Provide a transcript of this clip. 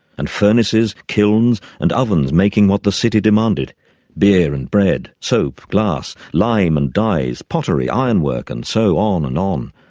and furnaces, kilns and ovens making what the city demanded beer and bread, soap, glass, lime and dyes, pottery, ironwork and so on and um